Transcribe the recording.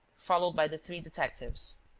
followed by the three detectives.